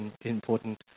important